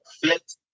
fit